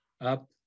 up